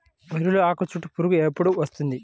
వరిలో ఆకుచుట్టు పురుగు ఎప్పుడు వస్తుంది?